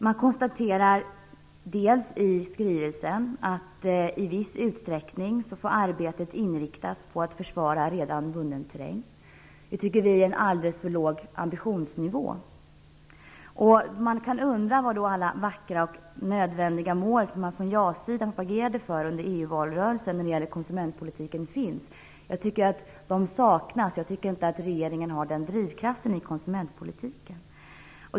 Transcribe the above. Man konstaterar i skrivelsen att arbetet i viss utsträckning får inriktas på att försvara redan vunnen terräng. Det tycker vi är en alldeles för låg ambitionsnivå. Man kan undra vart alla vackra och nödvändiga mål när det gäller konsumentpolitik som jasidan propagerade för under EU-valrörelsen har tagit vägen. De saknas. Jag tycker inte att regeringen har den drivkraften i konsumentpolitiken.